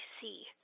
see